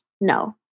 no